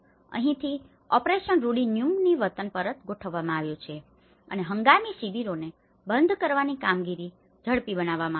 તેથી અહીંથી ઓપરેશન રૂડી ન્યુમ્બની વતન પરત ગોઠવવામાં આવ્યું છે અને હંગામી શિબિરોને બંધ કરવાની કામગીરી ઝડપી બનાવવામાં આવી છે